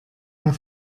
der